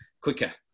quicker